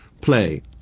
play